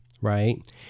right